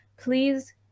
Please